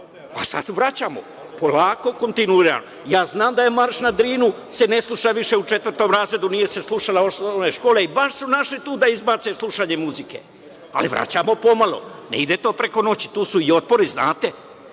a sad vraćamo polako, kontinuirano. Ja znam da se Marš na Drinu ne sluša više u četvrtom razredu, nije se slušao od osnovne škole i baš su našli tu da izbace slušanje muzike, ali vraćamo pomalo. Ne ide to preko noći, tu su i otpori, znate.